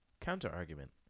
Counter-argument